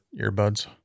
earbuds